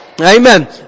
Amen